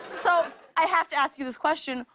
so i have to ask you this question.